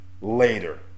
later